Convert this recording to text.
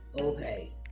Okay